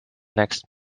next